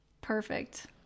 Perfect